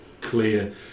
clear